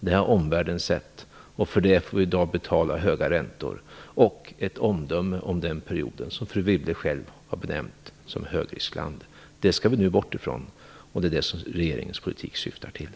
Det har omvärlden sett. För det får vi i dag betala höga räntor, och vi får betala med ett omdöme om den perioden där fru Wibble själv har talat om ett högriskland. Det här skall vi nu bort ifrån, och det är det som regeringens politik syftar till.